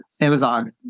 Amazon